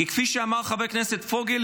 כי כפי שאמר חבר הכנסת פוגל,